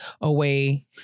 away